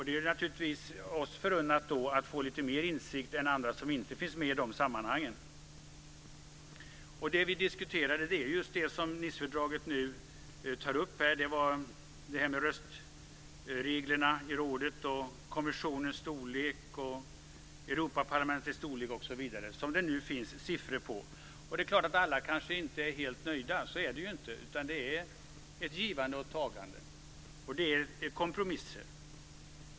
Det är naturligtvis oss förunnat få lite mer insikt än andra som inte finns med i de sammanhangen. Det vi diskuterat är just det som Nicefördraget nu tar upp - röstreglerna i rådet, kommissionens storlek, Europaparlamentets storlek och annat sådant som det nu finns siffror på. Det är klart att alla inte är helt nöjda. Så är det ju: Det är ett givande och tagande, och det är kompromisser.